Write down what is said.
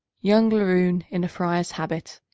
young laroon in a friar's habit,